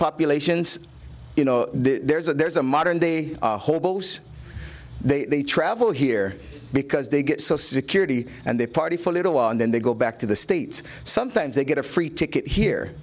populations you know there's a there's a modern day hobos they travel here because they get so security and they party for a little while and then they go back to the states sometimes they get a free ticket here